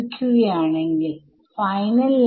ഇതാണ് ഇവിടുത്തെ ടെർമ്